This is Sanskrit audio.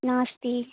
नास्ति